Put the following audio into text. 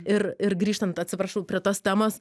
ir ir grįžtant atsiprašau prie tos temos